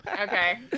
Okay